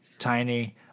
Tiny